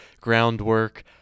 groundwork